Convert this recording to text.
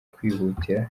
kwihutira